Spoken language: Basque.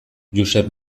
josep